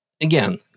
again